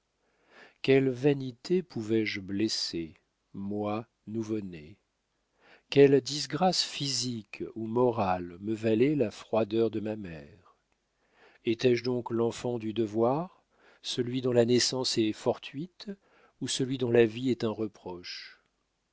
quelle vanité pouvais-je blesser moi nouveau-né quelle disgrâce physique ou morale me valait la froideur de ma mère étais-je donc l'enfant du devoir celui dont la naissance est fortuite ou celui dont la vie est un reproche